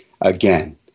Again